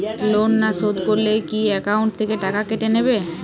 Loan না শোধ করলে কি একাউন্ট থেকে টাকা কেটে নেবে?